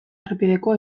errepideko